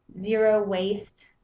zero-waste